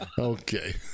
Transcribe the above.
Okay